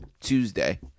Tuesday